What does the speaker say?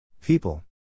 People